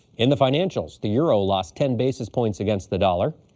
in the financials, the euro lost ten basis points against the dollar.